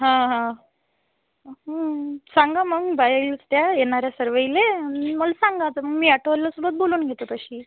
हां हां सांगा मग बाई त्या येणाऱ्या सर्वाला मला सांगा तर मी ॲटोवाल्याला सोबत बोलून घेतो तशी